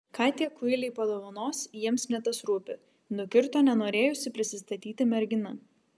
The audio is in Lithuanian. ką tie kuiliai padovanos jiems ne tas rūpi nukirto nenorėjusi prisistatyti mergina